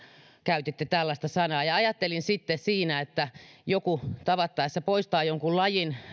käytitte tällaista sanaa ja ajattelin sitten siitä että jos joku tavattaessa poistaa jonkun lajin